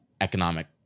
economic